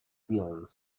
feelings